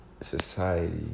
Society